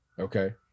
Okay